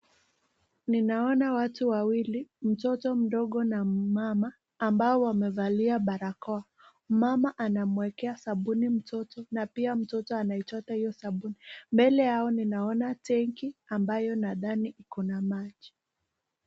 Ninaona watu wawili mtoto mdogo na mama ambao wamefalia barakoa mama anamwekea sabuni mtoto na pia mtoto anaichota hiyo sabuni, mbele yao ninaona tangi ambayo nadhani kuna maji.